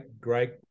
great